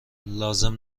لازم